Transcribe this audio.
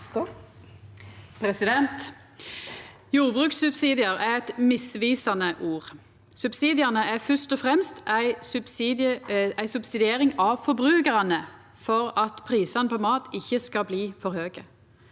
Jordbrukssubsidiar er eit misvisande ord. Subsidiane er først og fremst ei subsidiering av forbrukarane for at prisane på mat ikkje skal bli for høge.